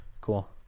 cool